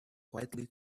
quietly